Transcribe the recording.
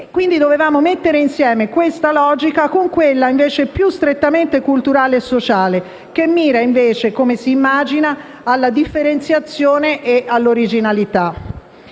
Dovevamo mettere insieme questa logica con quella più strettamente culturale e sociale che mira, invece, come si immagina, alla differenziazione e all'originalità.